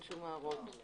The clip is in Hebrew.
הערות.